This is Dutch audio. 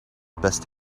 best